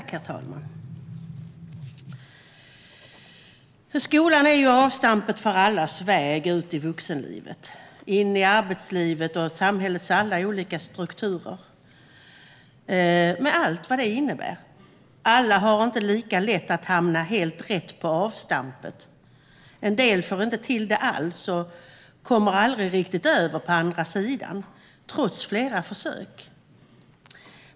Herr talman! Skolan är avstampet för allas väg ut i vuxenlivet och in i arbetslivet och samhällets alla olika strukturer, med allt vad det innebär. Alla har inte lika lätt att hamna helt rätt i avstampet. En del får inte till det alls och kommer aldrig riktigt över på andra sidan, trots flera försök.